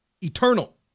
eternal